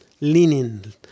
linen